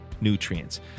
nutrients